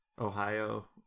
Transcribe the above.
Ohio